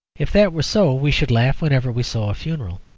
if that were so we should laugh whenever we saw a funeral.